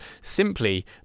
simply